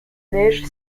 neiges